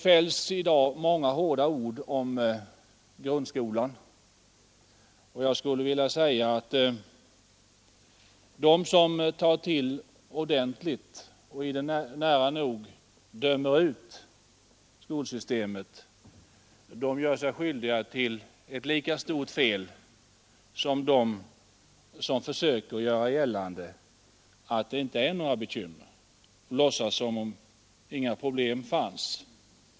Många hårda ord fälls i dag om grundskolan, och jag skulle vilja säga att de som tar till ordentligt och nära nog dömer ut skolsystemet gör sig skyldiga till ett lika stort fel som de som försöker göra gällande att det inte finns några bekymmer utan låtsas som om inga problem fanns.